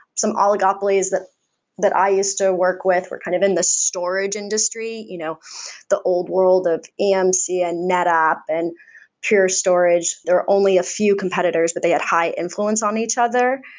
some oligopolies that that i used to work with were kind of in the storage industry. you know the old world of emc and netapp and pure storage, there are only a few competitors, but they had high influence on each other.